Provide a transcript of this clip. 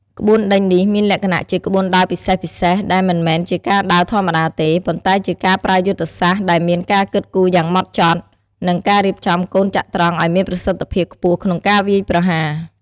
ក្បួនដេញនេះមានលក្ខណៈជាក្បួនដើរពិសេសៗ ដែលមិនមែនជាការដើរធម្មតាទេ ប៉ុន្តែជាការប្រើយុទ្ធសាស្ត្រដែលមានការគិតគូរយ៉ាងម៉ត់ចត់ និងការរៀបចំកូនចត្រង្គឲ្យមានប្រសិទ្ធភាពខ្ពស់ក្នុងការវាយប្រហារ។